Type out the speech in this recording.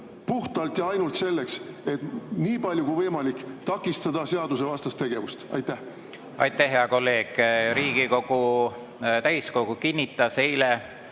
puhtalt ja ainult selleks, et nii palju kui võimalik takistada seadusevastast tegevust. Aitäh, hea kolleeg! Riigikogu täiskogu kinnitas eile